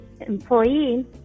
employee